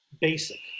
basic